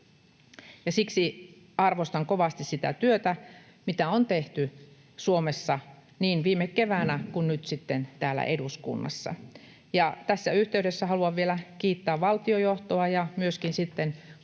siksi arvostan kovasti sitä työtä, mitä on tehty Suomessa niin viime keväänä kuin nyt sitten täällä eduskunnassa. Tässä yhteydessä haluan vielä kiittää valtiojohtoa ja myöskin sitten